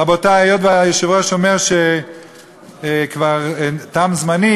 רבותי, היות שהיושב-ראש אומר שכבר תם זמני,